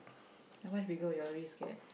how much bigger will your wrist get